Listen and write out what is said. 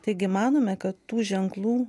taigi manome kad tų ženklų